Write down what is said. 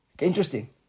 Interesting